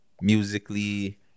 Musically